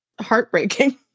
heartbreaking